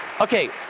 Okay